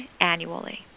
annually